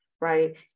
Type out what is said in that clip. right